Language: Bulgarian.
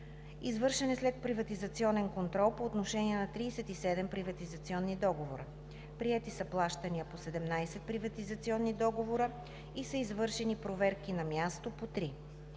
Извършен е следприватизационен контрол по отношение на 37 приватизационни договора. Приети са плащания по 17 приватизационни договора и са извършени проверки на място по